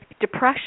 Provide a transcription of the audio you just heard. depression